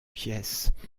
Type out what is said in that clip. pièces